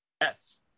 yes